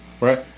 Right